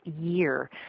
year